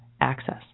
access